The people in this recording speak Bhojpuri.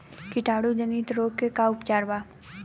कीटाणु जनित रोग के का उपचार बा?